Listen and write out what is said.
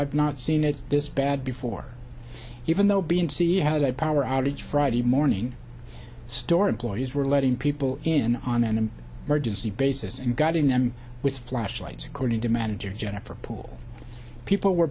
i've not seen it this bad before even though being to see how the power outage friday morning store employees were letting people in on and hard to see basis and guiding them with flashlights according to manager jennifer poole people were